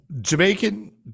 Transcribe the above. Jamaican